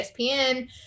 ESPN